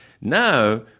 Now